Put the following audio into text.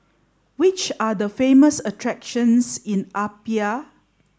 which are the famous attractions in Apia